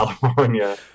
california